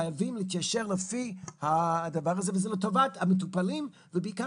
חייבים להתיישר לפי הדבר הזה וזה לטובת המטופלים ובעיקר